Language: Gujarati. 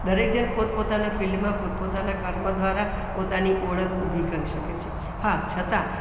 દરેક જણ પોતપોતાના ફિલ્ડમાં પોતપોતાના કર્મ દ્વારા પોતાની ઓળખ ઊભી કરી શકે છે હા છતાં